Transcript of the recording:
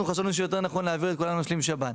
חשבנו שיותר נכון להעביר את כולנו למשלים שב"ן.